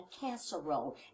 casserole